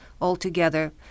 altogether